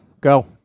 Go